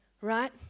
right